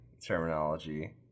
terminology